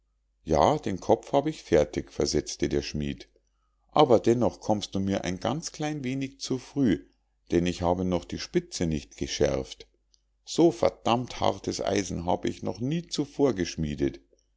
ja den kopf hab ich fertig versetzte der schmied aber dennoch kommst du mir ein ganz klein wenig zu früh denn ich habe noch die spitze nicht geschärft so verdammt hartes eisen hab ich noch nie zuvor geschmiedet